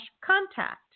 contact